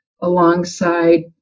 alongside